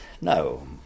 No